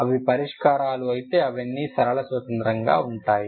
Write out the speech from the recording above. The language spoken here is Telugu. అవి పరిష్కారాలు అయితే అవన్నీ సరళ స్వతంత్రంగా ఉంటాయి